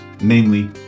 namely